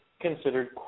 considered